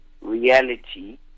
reality